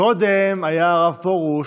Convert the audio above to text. קודם היה הרב פרוש,